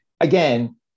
again